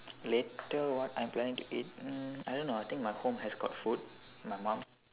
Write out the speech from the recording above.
later what I planning to eat mm I don't know I think my home has got food my mum